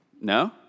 No